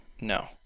No